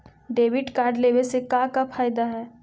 Debit card लेवे से का का फायदा है?